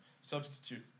substitute